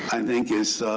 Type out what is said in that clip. i think is